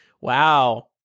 wow